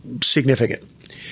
significant